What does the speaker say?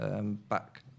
back